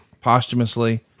posthumously